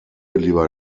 lieber